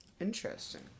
Interesting